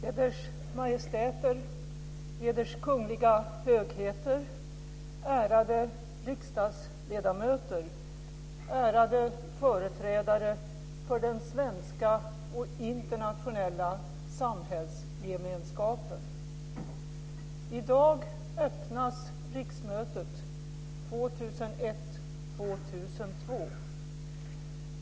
Eders Majestäter, Eders Kungliga Högheter, ärade riksdagsledamöter, ärade företrädare för den svenska och den internationella samhällsgemenskapen! I dag öppnas riksmötet 2001/2002.